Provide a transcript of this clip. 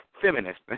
feminist